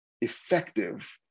effective